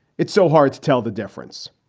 it's so hard to tell the difference.